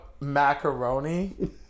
Macaroni